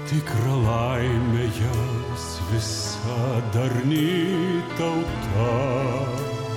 tikrą laimę jaus visa darni tauta